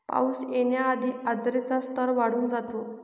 पाऊस येण्याआधी आर्द्रतेचा स्तर वाढून जातो